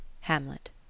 HAMLET